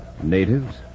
Natives